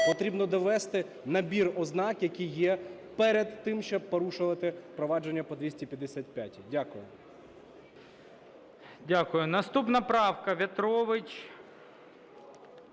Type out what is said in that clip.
потрібно довести набір ознак, які є перед тим, щоб порушувати провадження по 255-й. Дякую. ГОЛОВУЮЧИЙ. Дякую. Наступна правка, В'ятрович,